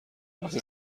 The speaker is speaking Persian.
وقتی